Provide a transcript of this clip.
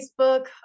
Facebook